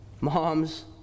moms